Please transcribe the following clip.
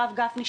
הרב גפני,